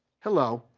hello.